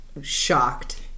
Shocked